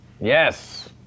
Yes